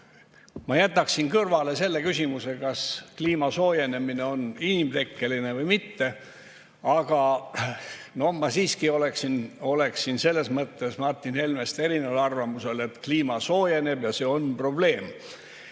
Ma jätaksin kõrvale selle küsimuse, kas kliima soojenemine on inimtekkeline või mitte. No ma siiski oleksin selles mõttes Martin Helmest erineval arvamusel, et kliima soojeneb ja see on probleem.